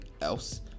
else